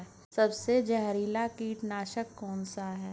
सबसे जहरीला कीटनाशक कौन सा है?